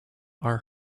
are